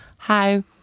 Hi